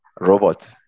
robot